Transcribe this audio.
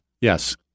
Yes